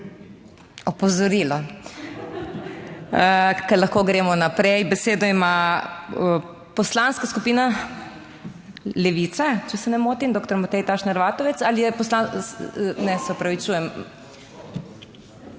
Opozorilo. Kar lahko gremo naprej. Besedo ima Poslanska skupina Levica, če se ne motim. Doktor Matej Tašner Vatovec. Ali je … Ne, se opravičujem.